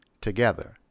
together